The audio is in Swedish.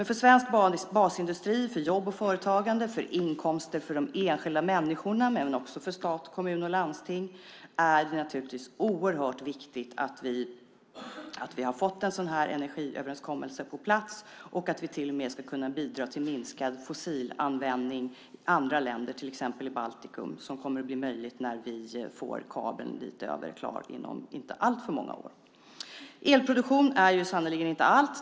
För svensk basindustri, för jobb och företagande, för inkomster för enskilda människor och för stat, kommun och landsting är det naturligtvis oerhört viktigt att vi har fått en sådan energiöverenskommelse på plats och att vi till och med ska bidra till minskad fossilanvändning i andra länder, till exempel i Baltikum. Det blir möjligt när kabeln dit blir klar inom inte alltför många år. Elproduktion är sannerligen inte allt.